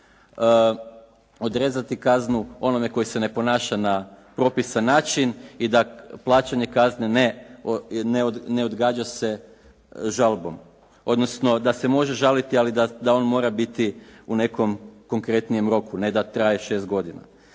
odrezati kaznu onome koji se ne ponaša na propisan način i da plaćanje kazne ne odgađa se žalbom, odnosno da se može žaliti ali da on mora biti u nekom konkretnijem roku, a ne da traje 6 godina.